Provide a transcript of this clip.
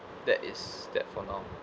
that is that for now